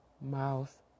mouth